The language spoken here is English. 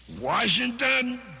Washington